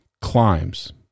climbs